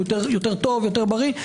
יותר טוב ובריא.